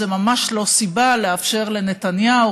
זו ממש לא סיבה לאפשר לנתניהו,